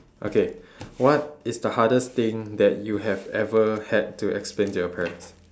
okay what is the hardest thing that you have ever had to explain to your parents